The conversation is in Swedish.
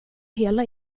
hela